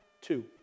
two